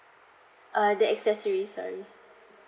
uh the accessory sorry